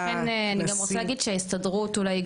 לכן אני גם רוצה להגיד שההסתדרות אולי היא